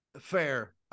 fair